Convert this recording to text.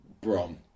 Brom